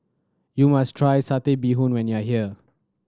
you must try Satay Bee Hoon when you are here